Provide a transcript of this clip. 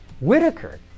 Whitaker